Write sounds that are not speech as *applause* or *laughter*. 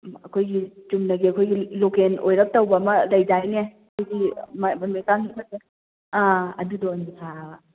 ꯑꯩꯈꯣꯏꯒꯤ ꯆꯨꯝꯅꯒꯤ ꯑꯩꯈꯣꯏꯒꯤ ꯂꯣꯀꯦꯜ ꯑꯣꯏꯔꯞ ꯇꯧꯕ ꯑꯃ ꯂꯩꯗꯥꯏꯅꯦ ꯑꯗꯨꯒꯤ *unintelligible* ꯑꯥ ꯑꯗꯨꯗꯣ ꯑꯣꯏꯅ ꯊꯥꯕ